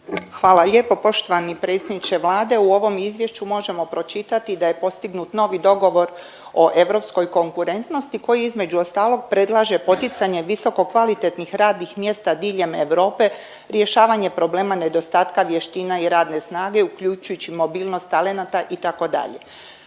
Hvala lijepo. Poštovani predsjedniče Vlade, u ovom izvješću možemo pročitati da je postignut novi govor o europskoj konkurentnosti koji između ostalog predlaže visokokvalitetnih radnih mjesta diljem Europe, rješavanje problema nedostatka vještina i radne snage uključujući mobilnost talenata itd.,